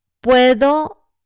puedo